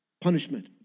punishment